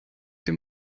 dem